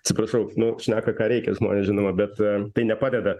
atsiprašau nu šneka ką reikia žmonės žinoma bet tai nepadeda